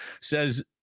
says